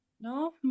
no